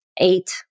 eight